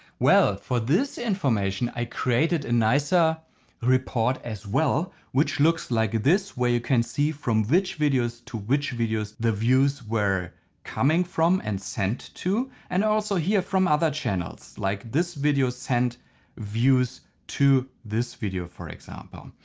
well, for this information i created a nicer report as well which looks like this. where you can see from which videos to which videos the views were coming from and sent to. and also here from other channels like this video sent views to this video for example.